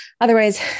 Otherwise